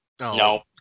No